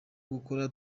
gukora